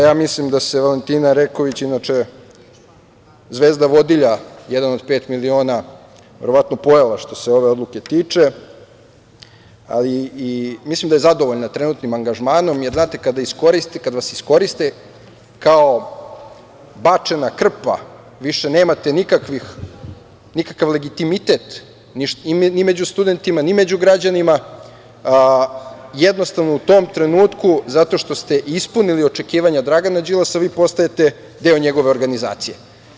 Ja mislim da se Valentina Reković, inače zvezda vodilja „Jedan od pet miliona“ verovatno pojela što se ove odluke tiče, ali mislim da je zadovoljna trenutnim angažmanom, jer znate, kad vas iskoriste kao bačena krpa, više nemate nikakav legitimitet ni među studentima, ni među građanima, jednostavno, u tom trenutku, zato što ste ispunili očekivanja Dragana Đilasa, vi postajete deo njegove organizacije.